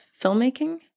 filmmaking